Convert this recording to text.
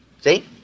See